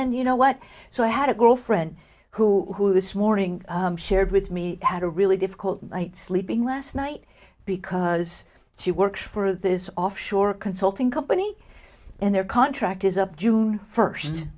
then you know what so i had a girlfriend who this morning shared with me had a really difficult night sleeping last night because she works for this offshore consulting company and their contract is up june first